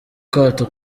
kato